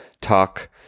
talk